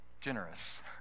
generous